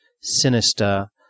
sinister